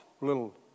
little